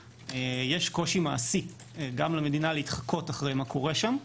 יש קושי מעשי למדינה להתחקות אחרי מה שקורה שם.